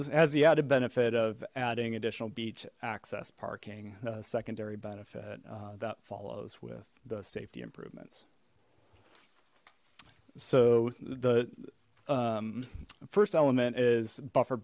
s the added benefit of adding additional beach access parking a secondary benefit that follows with the safety improvements so the first element is buffer